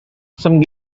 some